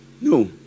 No